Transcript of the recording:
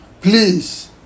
please